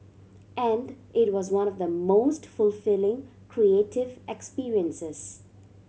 and it was one of the most fulfilling creative experiences